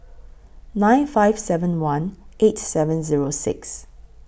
nine five seven one eight seven Zero six